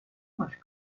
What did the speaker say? much